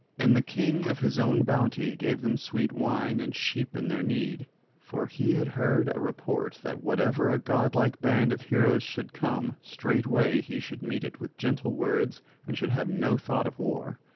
and the king of his own bounty gave them sweet wine and sheep in their need for he had heard a report that whenever a godlike band of heroes should come, straightway he should meet it with gentle words and should have no thought of war.